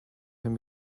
can